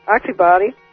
oxybody